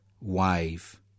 wave